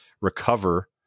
recover